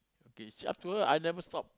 K it's up to her I never stop